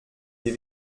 wie